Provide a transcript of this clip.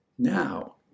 Now